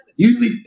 Usually